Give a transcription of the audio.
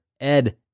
Ed